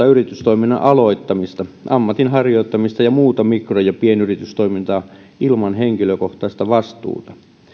yritystoiminnan aloittamista ammatinharjoittamista ja muuta mikro ja pienyritystoimintaa ilman henkilökohtaista vastuuta